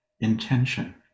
intention